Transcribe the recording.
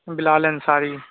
Bilal Ansari